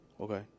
Okay